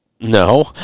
No